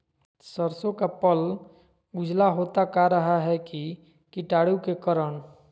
सरसो का पल उजला होता का रहा है की कीटाणु के करण?